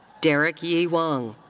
derek yi wang.